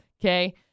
okay